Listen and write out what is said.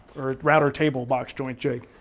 or router table box joint jig.